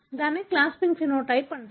దీనిని clasping phenotype అంటారు